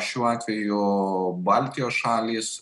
šiuo atveju baltijos šalys